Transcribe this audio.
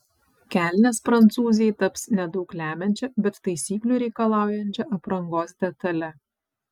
kelnės prancūzei taps nedaug lemiančia bet taisyklių reikalaujančia aprangos detale